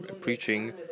preaching